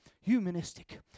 humanistic